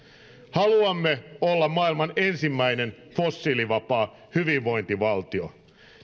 haluamme olla maailman ensimmäinen fossiilivapaa hyvinvointivaltio